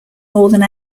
northern